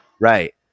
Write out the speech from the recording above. Right